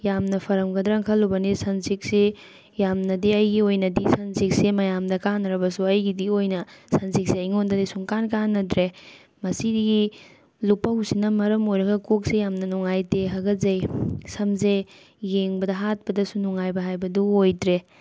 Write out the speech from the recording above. ꯌꯥꯝꯅ ꯐꯔꯝꯒꯗ꯭ꯔꯅ ꯈꯜꯂꯨꯕꯅꯤ ꯁꯟꯁꯤꯜꯛꯁꯤ ꯌꯥꯝꯅꯗꯤ ꯑꯩꯒꯤ ꯑꯣꯏꯅꯗꯤ ꯁꯟꯁꯤꯜꯛꯁꯦ ꯃꯌꯥꯝꯗ ꯀꯥꯟꯅꯔꯕꯁꯨ ꯑꯩꯒꯤꯗꯤ ꯑꯣꯏꯅ ꯁꯟꯁꯤꯜꯛꯁꯦ ꯑꯩꯉꯣꯟꯗꯗꯤ ꯁꯨꯡꯀꯥꯟ ꯀꯥꯟꯅꯗ꯭ꯔꯦ ꯃꯁꯤꯒꯤ ꯂꯨꯄꯧꯁꯤꯅ ꯃꯔꯝ ꯑꯣꯏꯔꯒ ꯀꯣꯛꯁꯦ ꯌꯥꯝꯅ ꯅꯨꯡꯉꯥꯏꯇꯦ ꯍꯥꯀꯠꯆꯩ ꯁꯝꯁꯦ ꯌꯦꯡꯕꯗ ꯍꯥꯠꯄꯗꯁꯨ ꯅꯨꯡꯉꯥꯏꯕ ꯍꯥꯏꯕꯗꯣ ꯑꯣꯏꯗ꯭ꯔꯦ